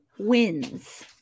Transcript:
Wins